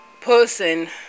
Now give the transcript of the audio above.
person